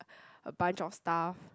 a bunch of stuff